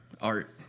art